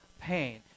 pain